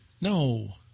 No